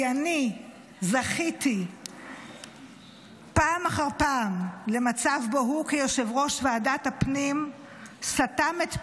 כי אני זכיתי פעם אחר פעם למצב שבו הוא כיושב-ראש ועדת הפנים סתם את פי,